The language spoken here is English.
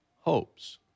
hopes